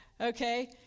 Okay